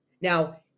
Now